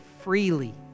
freely